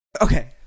okay